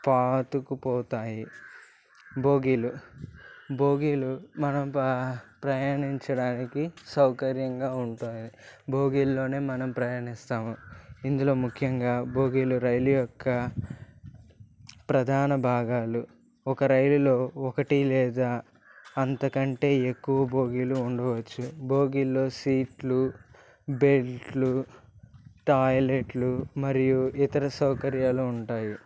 పాతుకుపోతాయి బోగీలు బోగీలు మనం ప్రయా ప్రయాణించడానికి సౌకర్యంగా ఉంటాయి భోగిల్లోనే మనం ప్రయాణిస్తాము ఇందులో ముఖ్యంగా బోగీలు రైలు యొక్క ప్రధాన భాగాలు ఒక రైలులో ఒకటి లేదా అంతకంటే ఎక్కువ బోగీలు ఉండవచ్చు భోగిల్లో సీట్లు బెడ్లు టాయిలెట్లు మరియు ఇతర సౌకర్యాలు ఉంటాయి